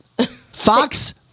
Fox